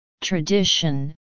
tradition